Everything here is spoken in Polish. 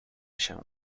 się